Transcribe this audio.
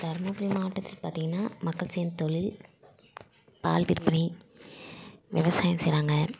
தருமபுரி மாவட்டத்தில் பார்த்தீங்கன்னா மக்கள் செய்கிற தொழில் பால் விற்பனை விவசாயம் செய்கிறாங்க